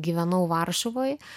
gyvenau varšuvoj